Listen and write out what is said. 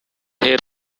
head